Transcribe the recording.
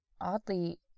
Oddly